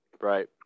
right